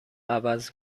عوض